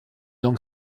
donc